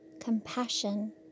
compassion